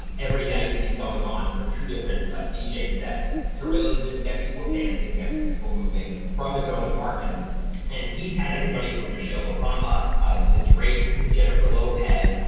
and every night he's going on for two different ah dj sets to really just get people dancing, get people moving from his own apartment and he's had everybody from michelle obama to drake to jennifer lopez,